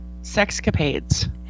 sexcapades